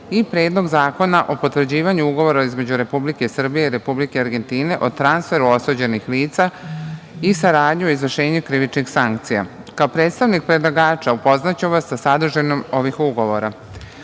i Predlog zakona o potvrđivanju Ugovora između Republike Srbije i Republike Argentine o transferu osuđenih lica i saradnji u izvršenju krivičnih sankcija i kao predstavnik predlagača upoznaću vas sa sadržinom ovih ugovora. Ugovor